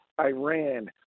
Iran